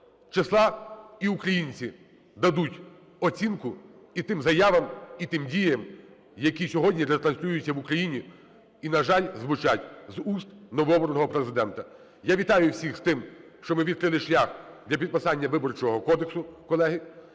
числа і українці дадуть оцінку і тим заявам, і тим діям, які сьогодні ретранслюються в Україні і, на жаль, звучать з вуст новообраного Президента. Я вітаю всіх з тим, що ми відкрили шлях для підписання Виборчого кодексу, колеги.